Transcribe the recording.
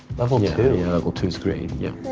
level two! yeah, level two is great, yeah.